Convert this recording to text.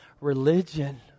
religion